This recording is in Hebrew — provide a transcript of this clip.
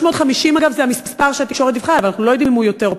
350, אגב, זה המספר שהתקשורת דיווחה עליו,